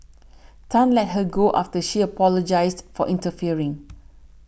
Tan let her go after she apologised for interfering